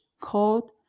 called